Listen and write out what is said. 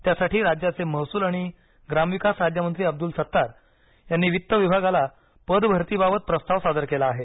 त्यासाठी राज्याचे महसूल आणि ग्रामविकास राज्यमंत्री अब्दुल सत्तार यांनी वित्त विभागाला पदभरतीबाबत प्रस्ताव सादर केला आहे